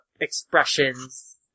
expressions